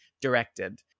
directed